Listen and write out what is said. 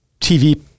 TV